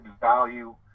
value